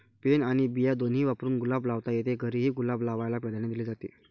pen आणि बिया दोन्ही वापरून गुलाब लावता येतो, घरीही गुलाब लावायला प्राधान्य दिले जाते